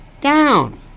down